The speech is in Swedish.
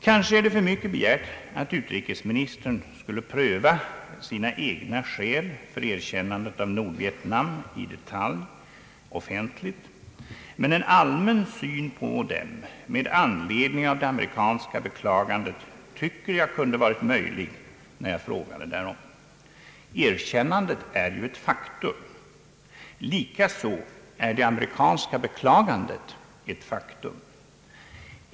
Kanske är det för mycket begärt att utrikesministern skulle pröva sina egna skäl för erkännadet av Nordvietnam i detalj offentligt, men en allmän syn på dem med anledning av det amerikanska beklagandet tycker jag kunde ha varit möjlig när jag frågade därom. Erkännandet är ju ett faktum. Likaså är det amerikanska beklagandet ett faktum.